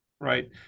Right